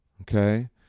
okay